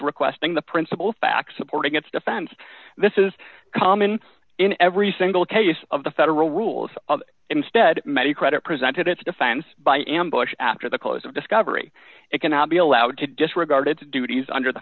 requesting the principal facts supporting its defense this is common in every single case of the federal rules instead many credit presented its defense by ambush after the close of discovery it cannot be allowed to disregard its duties under the